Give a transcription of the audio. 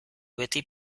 beti